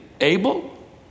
Abel